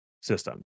system